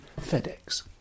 FedEx